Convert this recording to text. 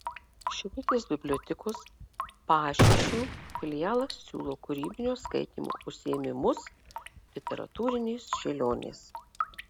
šilutės bibliotekos pašyšių filialas siūlo kūrybinio skaitymo užsiėmimus literatūrinės šėlionės